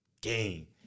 Game